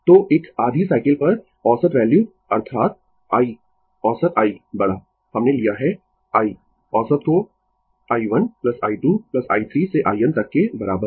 तो एक आधी साइकिल पर औसत वैल्यू अर्थात I औसत I बड़ा हमने लिया है I औसत को i1 I2 i3 से in तक के बराबर